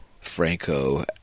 Franco